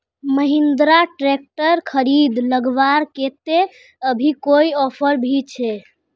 Mahindra tractor खरीद लगवार केते अभी कोई ऑफर भी छे?